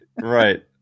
Right